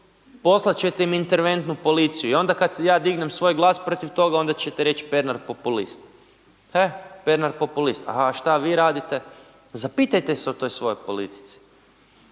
Poslat ćete im interventnu policiju i onda kad ja dignem svoj glas protiv toga onda ćete reć Pernar populist, e Pernar populist. A šta vi radite, zapitajte se o toj svojoj politici.